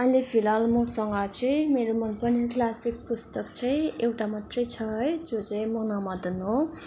अहिले फिलहाल मसँग चाहिँ मेरो मनपर्ने क्लासिक पुस्तक चाहिँ एउटा मात्रै छ है जो चाहिँ मुना मदन हो